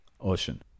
Ocean